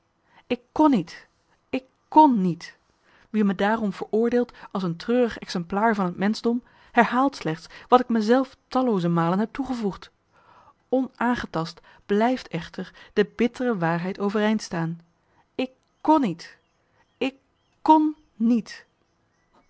ik kon niet ik kon niet wie me daarom veroordeelt als een treurig exemplaar van het menschdom herhaalt slechts wat ik me zelf tallooze malen heb toegevoegd onaangetast blijft echter de bittere waarheid overeind staan ik kon niet ik kon niet